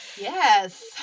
Yes